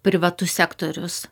privatus sektorius